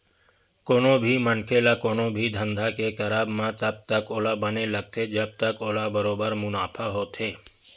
कोनो भी मनखे ल कोनो भी धंधा के करब म तब ओला बने लगथे जब ओला बरोबर मुनाफा होथे